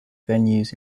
venues